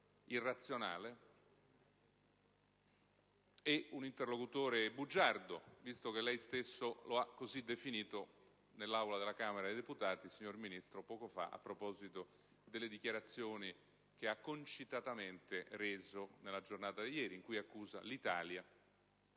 un interlocutore irrazionale e bugiardo, visto che lei stesso così ha definito Gheddafi nell'Aula della Camera dei deputati, signor Ministro, poco fa a proposito delle dichiarazioni da egli rese concitatamente nella giornata di ieri, in cui accusa l'Italia